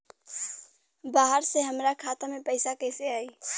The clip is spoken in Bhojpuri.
बाहर से हमरा खाता में पैसा कैसे आई?